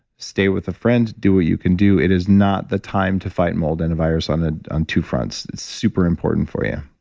stay with a friend, do what you can do. it is not the time to fight mold in and a virus on ah on two fronts. it's super important for you